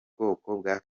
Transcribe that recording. ubwoba